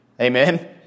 Amen